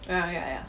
ya ya ya